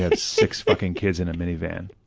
ah six fucking kids in a mini-van.